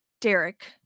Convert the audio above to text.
Derek